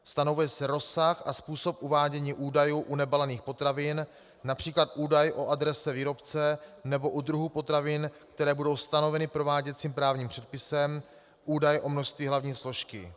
Stanovuje se rozsah a způsob uvádění údajů u nebalených potravin, např. údaje o adrese výrobce, nebo u druhů potravin, které budou stanoveny prováděcím právním předpisem, údaj o množství hlavní složky.